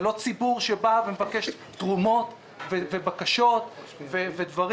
זה לא ציבור שבא ומבקש תרומות ובקשות ודברים.